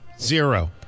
Zero